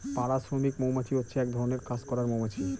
পাড়া শ্রমিক মৌমাছি হচ্ছে এক ধরনের কাজ করার মৌমাছি